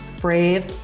brave